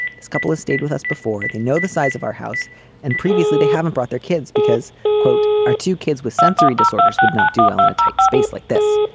this couple of stayed with us before they know the size of our house and previously they haven't brought their kids because quote our two kids with sensory disorders would not do well in a tight space like this.